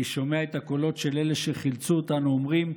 אני שומע את הקולות של אלה שחילצו אותנו אומרים: